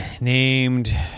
named